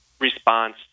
response